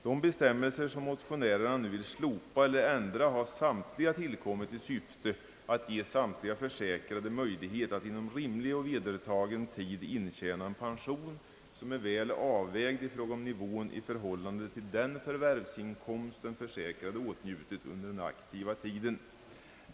De bestämmelser som motionärerna vill slopa eller ändra har samtliga tillkommit i syfte att ge alla försäkrade möjlighet att inom rimlig och vedertagen tid intjäna en pension som är väl avvägd i fråga om nivån och i förhållande till den förvärvsinkomst den försäkrade åtnjutit under den aktiva tiden.